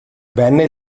venne